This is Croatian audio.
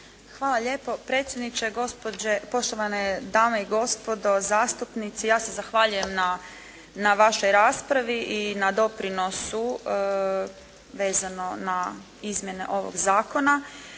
Hvala lijepo predsjedniče, poštovane dame i gospodo zastupnici. Ja se zahvaljujem na vašoj raspravi i na doprinosu vezano na izmjene ovog zakona.